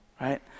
right